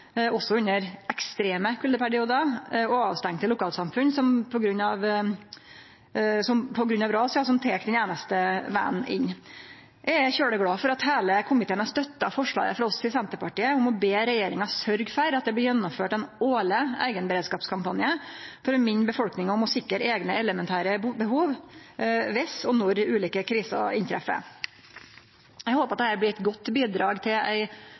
også under ekstreme kuldeperiodar, og avstengde lokalsamfunn på grunn av ras som tek den einaste vegen inn. Eg er svært glad for at heile komiteen har støtta forslaget frå oss i Senterpartiet om å be regjeringa sørgje for at det blir gjennomført ein årleg eigenberedskapskampanje for å minne befolkninga om å sikre eigne elementære behov viss og når ulike kriser inntreffer. Eg håpar at dette blir eit godt bidrag til ei